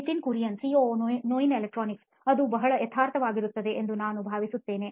Nitin Kurian COO ನೋಯಿನ್ electronics ಅದು ಬಹಳ ಯಥಾರ್ಥವಾಗಿರುತ್ತದೆ ಎಂದು ನಾನು ಭಾವಿಸುತ್ತೇನೆ